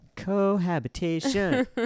cohabitation